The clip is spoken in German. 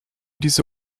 diese